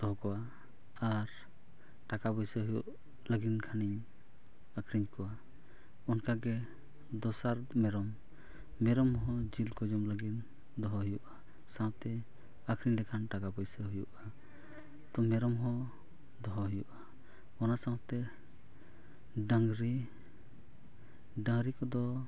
ᱫᱚᱦᱚ ᱠᱚᱣᱟ ᱟᱨ ᱴᱟᱠᱟ ᱯᱩᱭᱥᱟᱹ ᱦᱩᱭᱩᱜ ᱞᱟᱹᱜᱤᱫ ᱠᱷᱟᱹᱱᱤᱧ ᱟᱹᱠᱷᱨᱤᱧ ᱠᱚᱣᱟ ᱚᱱᱠᱟᱜᱮ ᱫᱚᱥᱟᱨ ᱢᱮᱨᱚᱢ ᱢᱮᱨᱚᱢ ᱦᱚᱸ ᱡᱤᱞ ᱠᱚ ᱡᱚᱢ ᱞᱟᱹᱜᱤᱫ ᱫᱚᱦᱚ ᱦᱩᱭᱩᱜᱼᱟ ᱥᱟᱶᱛᱮ ᱟᱹᱠᱷᱨᱤᱧ ᱞᱮᱠᱷᱟᱱ ᱴᱟᱠᱟ ᱯᱩᱭᱥᱟᱹ ᱦᱩᱭᱩᱜᱼᱟ ᱛᱚ ᱢᱮᱨᱚᱢ ᱦᱚᱸ ᱫᱚᱦᱚ ᱦᱩᱭᱩᱜᱼᱟ ᱚᱱᱟ ᱥᱟᱶᱛᱮ ᱰᱟᱝᱨᱤ ᱰᱟᱝᱨᱤ ᱠᱚᱫᱚ